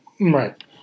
Right